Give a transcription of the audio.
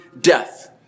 death